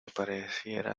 pareciera